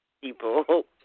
people